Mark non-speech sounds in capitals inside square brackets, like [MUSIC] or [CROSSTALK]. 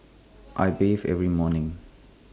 [NOISE] I bathe every morning